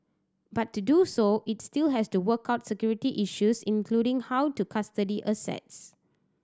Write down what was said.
but to do so it still has to work out security issues including how to custody assets